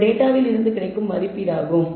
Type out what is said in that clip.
இது டேட்டாவிலிருந்து கிடைக்கும் மதிப்பீடாகும்